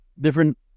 different